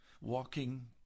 walking